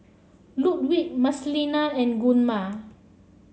Ludwig Marcelina and Gunnar